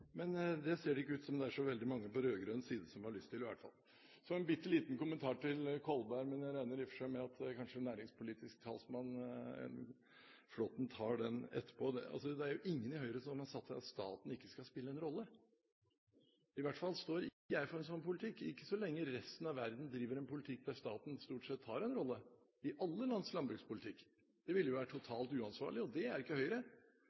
men det ser det ikke ut som det er så veldig mange på rød-grønn side som har lyst til. Så en bitte liten kommentar til Kolberg, men jeg regner i og for seg med at kanskje næringspolitisk talsmann, Flåtten, tar det etterpå. Det er ingen i Høyre som har sagt at staten ikke skal spille en rolle, i hvert fall står ikke jeg for en sånn politikk, ikke så lenge resten av verden driver en politikk der staten stort sett har en rolle – i alle lands landbrukspolitikk. Det ville jo være totalt uansvarlig, og det er ikke Høyre.